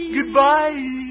Goodbye